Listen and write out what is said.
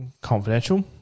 confidential